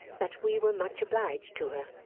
that we were much obliged to her.